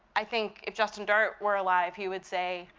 i think if justin dart were alive he would say,